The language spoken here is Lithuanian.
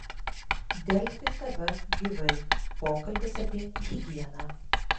delfi tv gyvai pokalbis apie higieną